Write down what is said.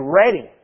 ready